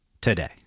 today